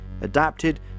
adapted